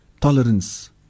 tolerance